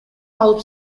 алып